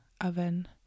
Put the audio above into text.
oven